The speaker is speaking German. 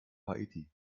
haiti